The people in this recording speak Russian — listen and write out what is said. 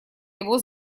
его